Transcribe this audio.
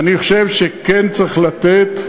אני חושב שכן צריך לתת,